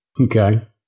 Okay